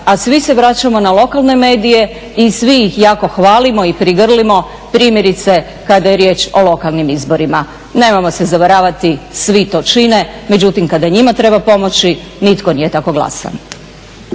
a svi se vraćamo na lokalne medije i svi ih jako hvalimo i prigrlimo, primjerice kada je riječ o lokalnim izborima. Nemojmo se zavaravati svi to čine, međutim kada njima treba pomoći nitko nije tako glasan.